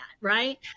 right